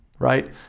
Right